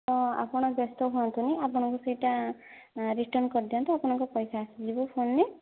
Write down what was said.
ତ ଆପଣ ବ୍ୟସ୍ତ ହୁଅନ୍ତୁନି ଆପଣ ସେହିଟା ରିଟର୍ଣ୍ଣ କରି ଦିଅନ୍ତୁ ଆପଣଙ୍କୁ ପଇସା ଆସିଯିବ ଫୋନ ରେ